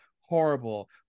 horrible